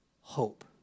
hope